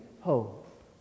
hope